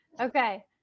Okay